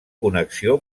connexió